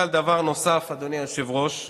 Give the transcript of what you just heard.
כנרת, ניני ובני המשפחה,